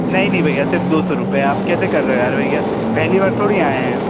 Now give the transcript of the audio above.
नहीं नहीं भैया सिर्फ़ दौ सौ रुपये आप कैसे कर रहे हो यार भैया पहली बार थोड़ी आए हैं